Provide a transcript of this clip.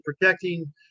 protecting